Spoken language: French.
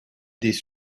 des